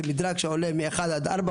זה מדרג שעולה מאחד עד ארבע,